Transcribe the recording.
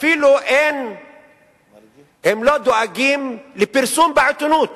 אפילו הם לא דואגים לפרסום בעיתונות